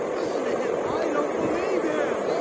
listen to him! i don't believe him.